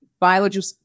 biological